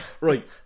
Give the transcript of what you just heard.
Right